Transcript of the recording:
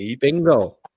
bingo